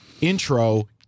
Intro